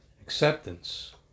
acceptance